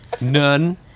None